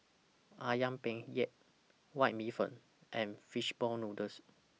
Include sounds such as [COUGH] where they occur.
Ayam Penyet [UNINTELLIGIBLE] White Bee Hoon and Fish Ball Noodles